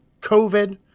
COVID